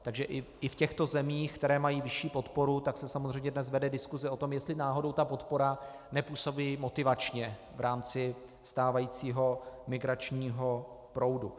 Takže i v těchto zemích, které mají vyšší podporu, se samozřejmě dnes vede diskuse o tom, jestli náhodou ta podpora nepůsobí motivačně v rámci stávajícího migračního proudu.